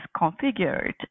configured